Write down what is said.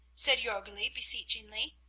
said jorgli, beseechingly.